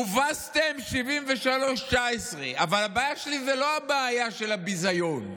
הובסתם 19:73. אבל הבעיה שלי זאת לא הבעיה של הביזיון,